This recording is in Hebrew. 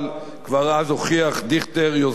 כבר אז הוכיח דיכטר יוזמה,